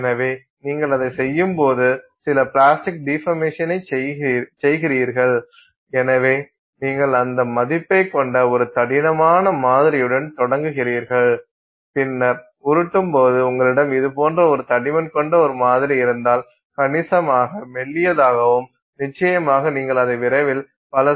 எனவே நீங்கள் அதைச் செய்யும்போது சில பிளாஸ்டிக் டிபர்மேசனை செய்கிறீர்கள் எனவே நீங்கள் அந்த மதிப்பைக் கொண்ட ஒரு தடிமனான மாதிரியுடன் தொடங்குகிறீர்கள் பின்னர் உருட்டும் போது உங்களிடம் இது போன்ற ஒரு தடிமன் கொண்ட ஒரு மாதிரி இருந்தால் கணிசமாக மெல்லியதாகவும் நிச்சயமாக நீங்கள் அதை விரைவில் பல ஸ்டேஜஸ்களாக செய்யலாம்